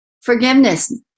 forgiveness